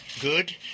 good